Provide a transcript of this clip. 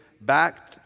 back